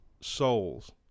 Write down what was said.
souls